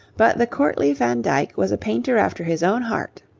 but the courtly van dyck was a painter after his own heart.